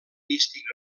místic